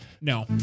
no